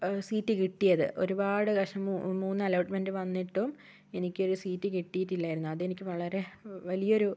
seat കിട്ടിയത് ഒരുപാട് വിഷമം മൂന്ന് അലോട്ട്മെന്റ് വന്നിട്ടും എനിക്കൊരു സീറ്റ് കിട്ടീട്ടില്ലയിരുന്നു അത് എനിക്ക് വളരെ വലിയൊരു